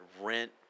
rent